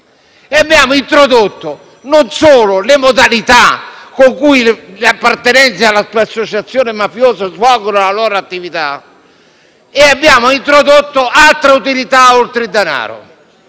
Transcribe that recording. norma, introducendo non solo le modalità con cui le appartenenze all'associazione mafiosa svolgono la loro attività, ma anche l'altra utilità oltre al denaro.